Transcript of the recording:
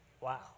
Wow